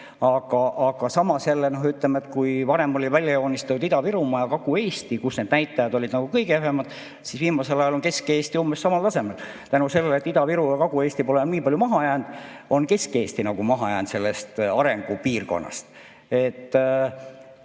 Aga samas jälle, ütleme, kui varem oli välja joonistunud Ida-Virumaa ja Kagu-Eesti, kus need näitajad olid kõige kehvemad, siis viimasel ajal on Kesk-Eesti umbes samal tasemel. Tänu sellele, et Ida-Virumaa ja Kagu-Eesti pole enam nii palju maha jäänud, on Kesk-Eesti nagu maha jäänud sellest arengupiirkonnast.